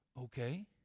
Okay